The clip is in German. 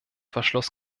verschluss